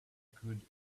could